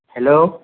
hello